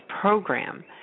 program